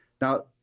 Now